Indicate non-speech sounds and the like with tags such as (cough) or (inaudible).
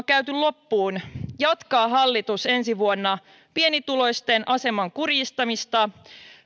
(unintelligible) käyty loppuun jatkaa hallitus ensi vuonna pienituloisten aseman kurjistamista